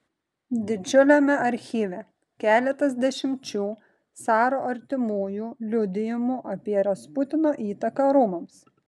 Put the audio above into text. didžiuliame archyve keletas dešimčių caro artimųjų liudijimų apie rasputino įtaką rūmams